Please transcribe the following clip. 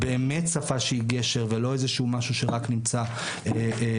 באמת שפה שהיא גשר ולא איזה משהו שרק נמצא בכותרת,